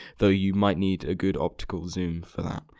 though you might need a good optical zoom for that,